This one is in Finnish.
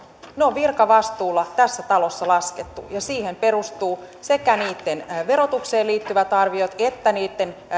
ne on virkavastuulla tässä talossa laskettu ja siihen perustuvat sekä niitten verotukseen liittyvät arviot että niitten